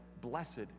Blessed